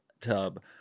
tub